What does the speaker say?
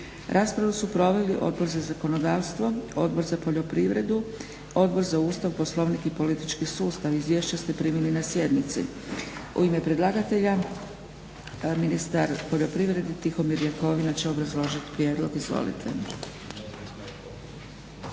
Raspravu su proveli Odbor za zakonodavstvo, Odbor za poljoprivredu, Odbor za Ustav, Poslovnik i politički sustav. Izvješća ste primili na sjednici. U ime predlagatelja, ministar poljoprivrede Tihomir Jakovina će obrazložiti prijedlog. Izvolite.